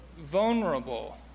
vulnerable